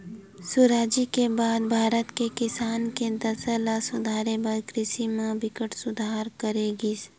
सुराजी के बाद भारत के किसान के दसा ल सुधारे बर कृषि म बिकट सुधार करे गिस